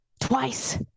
twice